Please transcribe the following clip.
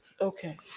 Okay